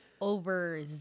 over